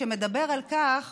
ומדברים על כך